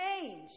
change